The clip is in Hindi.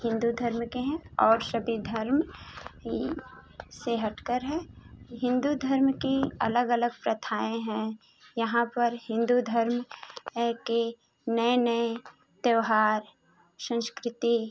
हिन्दू धर्म के हैं और सभी धर्म ही से हट कर है हिन्दू धर्म की अलग अलग प्रथाएँ हैं यहाँ पर हिन्दू धर्म है के नए नए त्योहार संस्कृति